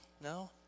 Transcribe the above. No